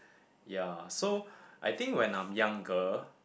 ya so I think when I'm younger